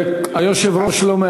היושב-ראש לא,